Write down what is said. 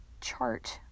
chart